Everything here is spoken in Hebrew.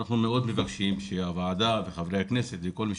לכן אנחנו מבקשים מאוד שהוועדה וחברי הכנסת וכל מי